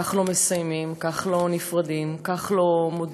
כך לא מסיימים, כך לא נפרדים, כך לא מודים,